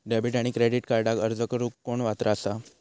Debit आणि credit कार्डक अर्ज करुक कोण पात्र आसा?